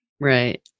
Right